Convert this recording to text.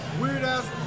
weird-ass